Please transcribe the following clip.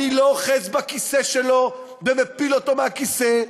אני לא אוחז בכיסא שלו ומפיל אותו מהכיסא.